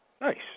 Nice